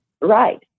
Right